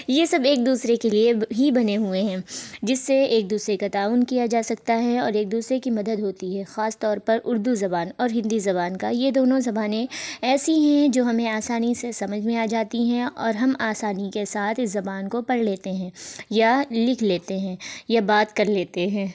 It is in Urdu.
یہ سب ایک دوسرے کے لیے ہی بنے ہوئے ہیں جس سے ایک دوسرے کا تعاون کیا جا سکتا ہے اور ایک دوسرے کی مدد ہوتی ہے خاص طور پر اردو زبان اور ہندی زبان کا یہ دونوں زبانیں ایسی ہیں جو ہمیں آسانی سے سمجھ میں آ جاتی ہیں اور ہم آسانی کے ساتھ اس زبان کو پڑھ لیتے ہیں یا لکھ لیتے ہیں یا بات کر لیتے ہیں